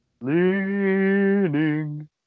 Leaning